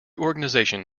organization